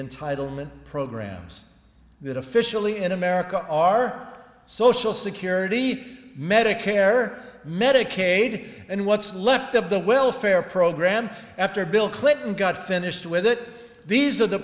entitlement programs that officially in america our social security medicare medicaid and what's left of the welfare program after bill clinton got finished with it these are the